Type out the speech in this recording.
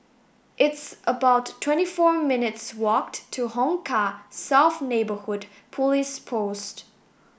it's about twenty four minutes' walk to Hong Kah South Neighbourhood Police Post